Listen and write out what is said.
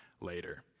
later